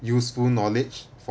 useful knowledge